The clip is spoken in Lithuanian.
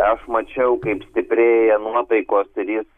aš mačiau kaip stiprėja nuotaikos ir jis